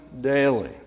daily